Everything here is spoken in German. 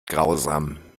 grausam